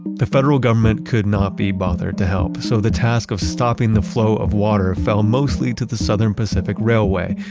the federal government could not be bothered to help. so, the task of stopping the flow of water fell mostly to the southern pacific railway,